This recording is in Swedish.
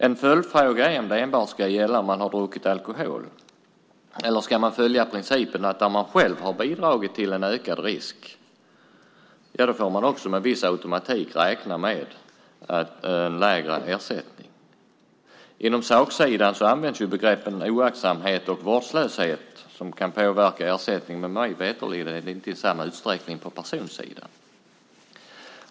En följdfråga är om det enbart ska gälla om man har druckit alkohol eller om principen ska gälla att man där man själv har bidragit till en ökad risk också med viss automatik får räkna med en lägre ersättning. Inom saksidan finns begreppen oaktsamhet och vårdslöshet, som kan påverka ersättningen - men mig veterligen inte i samma utsträckning på personsidan.